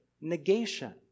negation